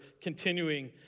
continuing